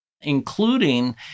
including